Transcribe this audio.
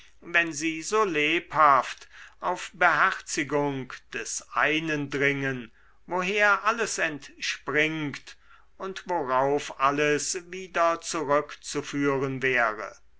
wenn sie so lebhaft auf beherzigung des einen dringen woher alles entspringt und worauf alles wieder zurückzuführen wäre